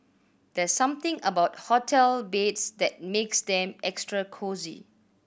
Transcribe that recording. there's something about hotel beds that makes them extra cosy